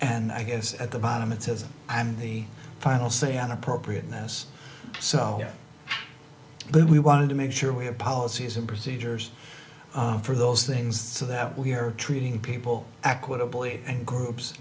and i guess at the bottom it says i'm the final say on appropriateness so yeah but we wanted to make sure we have policies and procedures for those things so that we are treating people aqua boy and groups